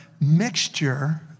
mixture